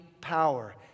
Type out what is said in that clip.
power